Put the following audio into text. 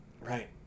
Right